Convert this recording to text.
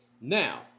Now